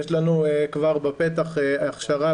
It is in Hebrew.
יש לנו כבר בפתח הכשרה,